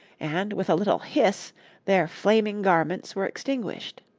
and with a little hiss their flaming garments were extinguished.